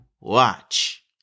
watch